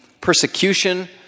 persecution